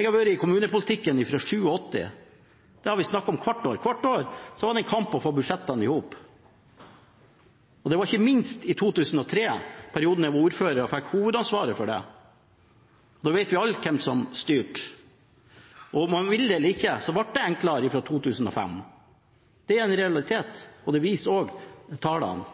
Jeg har vært i kommunepolitikken siden 1987, og hvert år var det en kamp for å få budsjettene i hop, og ikke i minst 2003. I den perioden var jeg ordfører og fikk hovedansvaret for dette, og da vet vi alle hvem som styrte. Om man vil eller ikke, så ble det enklere fra 2005. Det er en realitet, og det viser også tallene.